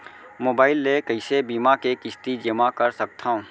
Mobile ले कइसे बीमा के किस्ती जेमा कर सकथव?